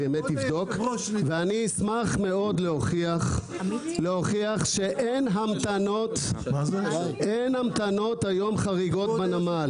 אני אשמח להוכיח שאין המתנות חריגות היום בנמל.